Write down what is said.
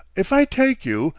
if i take you,